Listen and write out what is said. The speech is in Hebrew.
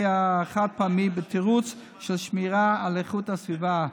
החד-פעמי בתירוץ של שמירה על איכות הסביבה,